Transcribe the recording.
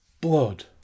blood